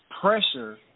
pressure